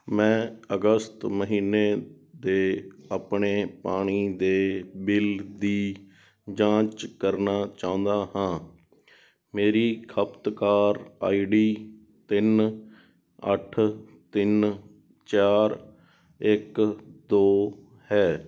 ਮੈਂ ਅਗਸਤ ਮਹੀਨੇ ਦੇ ਆਪਣੇ ਪਾਣੀ ਦੇ ਬਿੱਲ ਦੀ ਜਾਂਚ ਕਰਨਾ ਚਾਹੁੰਦਾ ਹਾਂ ਮੇਰੀ ਖਪਤਕਾਰ ਆਈ ਡੀ ਤਿੰਨ ਅੱਠ ਤਿੰਨ ਚਾਰ ਇੱਕ ਦੋ ਹੈ